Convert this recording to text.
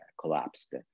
collapsed